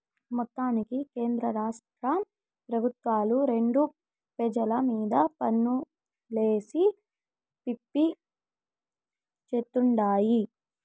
మొత్తానికి కేంద్రరాష్ట్ర పెబుత్వాలు రెండు పెజల మీద పన్నులేసి పిప్పి చేత్తుండాయి